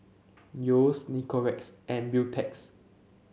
Yeo's and Beautex